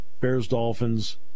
Bears-Dolphins